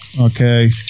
okay